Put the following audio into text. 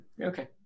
Okay